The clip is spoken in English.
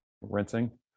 rinsing